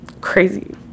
crazy